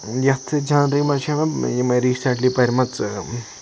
یَتھ جانرِ مَنٛز چھِ مےٚ یِمے ریٖسنٛٹلی پَرِمَژٕ